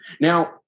Now